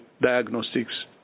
diagnostics